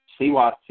CYC